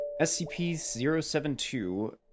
SCP-072